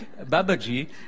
Babaji